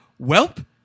Welp